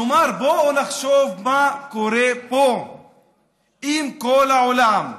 כלומר, בואו נחשוב מה קורה פה עם כל העולם,